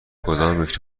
کدامیک